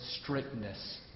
strictness